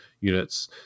units